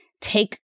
take